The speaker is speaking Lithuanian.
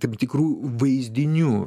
kaip tikrų vaizdinių